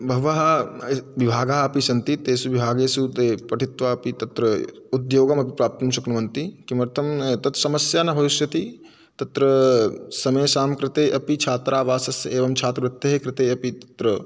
बहवः विभागाः अपि सन्ति तेषु विभागेषु ते पठित्वा अपि तत्र उद्योगमपि प्राप्तुं शक्नुवन्ति किमर्थं तत् समस्या न भविष्यति तत्र समेषां कृते अपि छात्रावासस्य एवं छात्रवृत्तेः कृते अपि तत्र